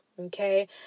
okay